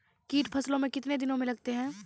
कीट फसलों मे कितने दिनों मे लगते हैं?